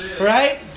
right